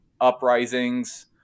uprisings